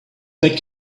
beg